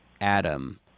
Adam